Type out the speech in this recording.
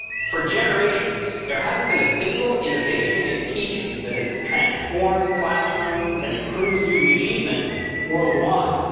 for generations, there hasn't been a single innovation in teaching that has transformed classrooms and improved student achievement worldwide.